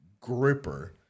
gripper